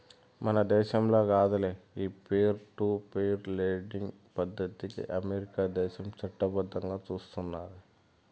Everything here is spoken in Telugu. మన దేశంల కాదులే, ఈ పీర్ టు పీర్ లెండింగ్ పద్దతికి అమెరికా దేశం చట్టబద్దంగా సూస్తున్నాది